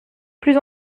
plus